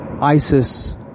ISIS